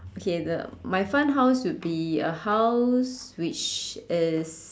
okay the my funhouse would be a house which is